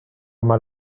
mal